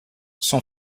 son